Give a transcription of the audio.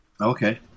Okay